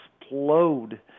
explode